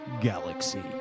Galaxy